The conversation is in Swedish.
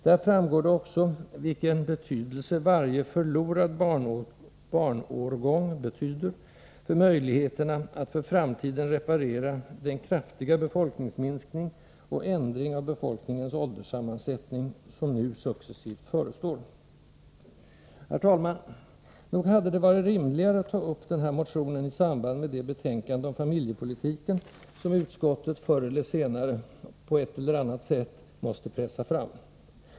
Där framgår det också vilken betydelse varje ”förlorad” barnårgång har för möjligheterna att för framtiden reparera den kraftiga befolkningsminskning och ändring av befolkningens ålderssammansättning som nu successivt förestår. Herr talman! Nog hade det varit rimligare att ta upp denna motion i samband med det betänkande om familjepolitiken som utskottet förr eller senare, på ett eller annat sätt, måste pressa fram.